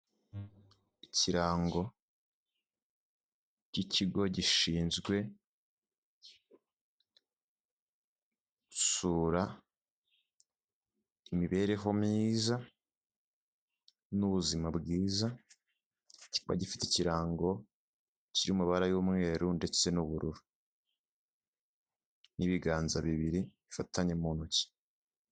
Ikirango cy'ikigo gishinzwe gusura imibereho myiza n'ubuzima bwiza, kiba gifite ikirango kiri mu mabara y'umweru ndetse n'ubururu, n'ibiganza bibiri bifatanye mu ntoki.